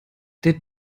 der